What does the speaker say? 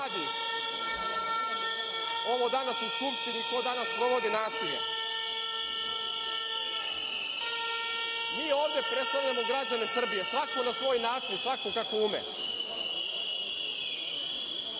ovo danas u Skupštini, ko danas sprovodi nasilje. Mi ovde predstavljamo građane Srbije, svako na svoj način, svako kako ume.